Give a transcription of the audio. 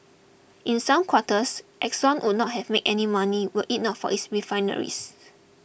in some quarters Exxon would not have made any money were it not for its refineries